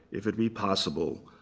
if it be possible,